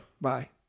Bye